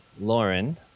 Lauren